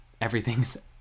everything's